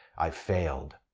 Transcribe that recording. i failed.